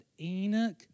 Enoch